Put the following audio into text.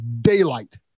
daylight